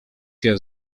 się